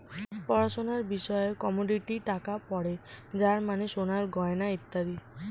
পড়াশোনার বিষয়ে কমোডিটি টাকা পড়ে যার মানে সোনার গয়না ইত্যাদি